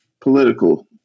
political